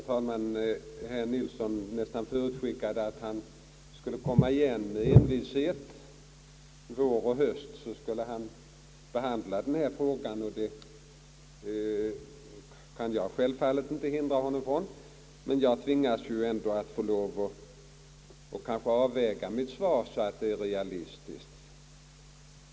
Herr talman! Herr Nilsson nästan förutskickade att han skulle komma igen med envishet. Vår och höst skulle han behandla denna fråga, och det kan jag självfallet inte hindra honom från. Men jag tvingas ändå att avväga mitt svar så att det är realistiskt.